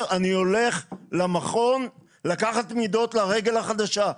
אני הולך למכון לקחת מידות לרגל החדשה.